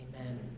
Amen